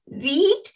weed